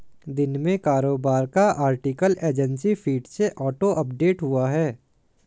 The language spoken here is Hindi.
दिन में कारोबार का आर्टिकल एजेंसी फीड से ऑटो अपलोड हुआ है